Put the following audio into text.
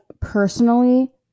personally